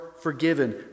forgiven